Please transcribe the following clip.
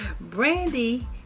Brandy